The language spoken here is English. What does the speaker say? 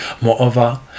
Moreover